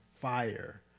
fire